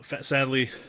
sadly